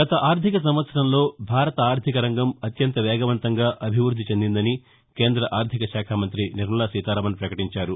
గత ఆర్థిక సంవత్సరంలో భారత ఆర్థికరంగం అత్యంత వేగవంతంగా అభివ్నద్ధి చెందిందని కేంద్ర ఆర్గిక శాఖ మంతి నిర్మలా సీతారామన్ పకటించారు